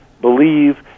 believe